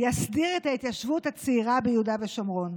שהוא יסדיר את ההתיישבות הצעירה ביהודה ושומרון.